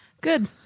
Good